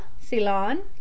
Ceylon